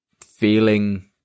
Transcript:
feeling